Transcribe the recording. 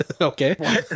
Okay